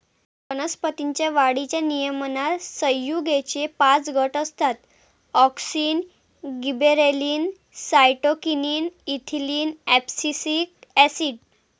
वनस्पतीं च्या वाढीच्या नियमनात संयुगेचे पाच गट असतातः auxin, gibberellin, cytokinin, ethylene, abscisic acid